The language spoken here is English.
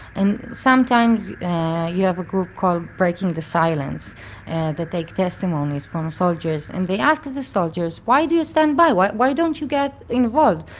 and sometimes you have a group called breaking the silence that take testimonies from soldiers, and they ask the soldiers, why do you stand by? why why don't you get involved?